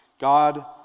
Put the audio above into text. God